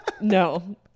No